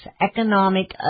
economic